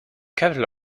capital